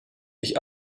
ich